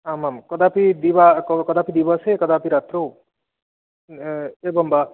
आम् आम् कदापि दिवा क कदापि दिवसे कदापि रात्रौ एवं वा